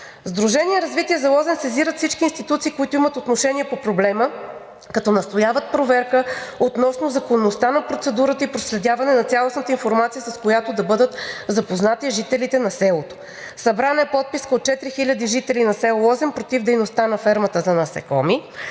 Сдружение „Развитие за Лозен“ сезира всички институции, които имат отношение по проблема, като настояват проверка относно законността на процедурата и проследяване на цялостната информация, с която да бъдат запознати жителите на селото. Събрана е подписка от 4000 жители на село Лозен против дейността на фермата за насекоми,